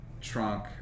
trunk